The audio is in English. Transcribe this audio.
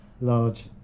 large